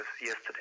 yesterday